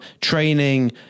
training